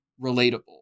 relatable